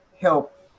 help